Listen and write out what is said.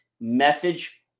Message